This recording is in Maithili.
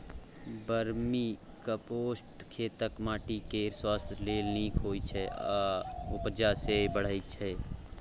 बर्मीकंपोस्ट खेतक माटि केर स्वास्थ्य लेल नीक होइ छै आ उपजा सेहो बढ़य छै